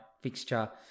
fixture